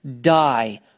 die